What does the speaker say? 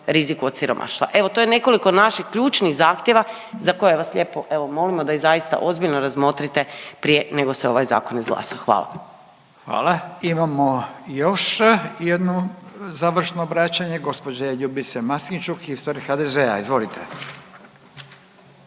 riziku od siromaštva. Evo to je nekoliko naših ključnih zahtjeva za koje vas lijepo evo molimo da ih zaista ozbiljno razmotrite prije nego se ovaj zakon izglasa. Hvala. **Radin, Furio (Nezavisni)** Imamo još jednu završno obraćanje gospođe Ljubice Maksimčuk, isto HDZ-a, izvolite.